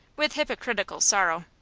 with hypocritical sorrow.